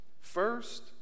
First